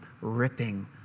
ripping